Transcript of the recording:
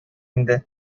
инде